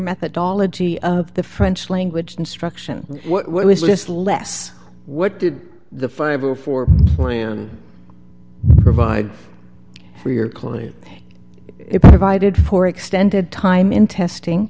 methodology of the french language instruction what was just less what did the five or four provide for your claim that it provided for extended time in testing